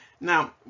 Now